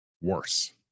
worse